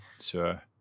Sure